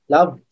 Love